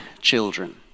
children